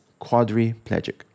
quadriplegic